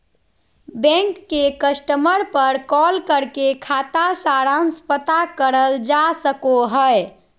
bank के customer पर call करके खाता सारांश पता करल जा सको हय